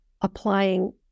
applying